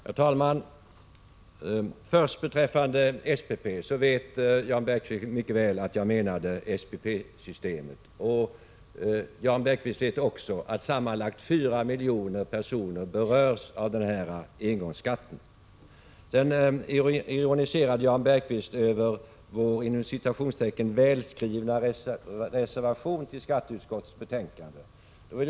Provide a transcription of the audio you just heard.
Herr talman! Vad först beträffar SPP vet Jan Bergqvist mycket väl att jag menade SPP-systemet. Jan Bergqvist vet också att sammanlagt 4 miljoner personer berörs av engångsskatten. Vidare ironiserade Jan Bergqvist över vår ”välskrivna” reservation till skatteutskottets betänkande.